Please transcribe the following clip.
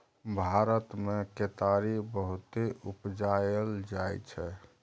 भारत मे केतारी बहुते उपजाएल जाइ छै